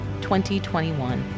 2021